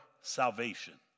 salvation